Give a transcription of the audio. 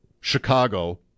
Chicago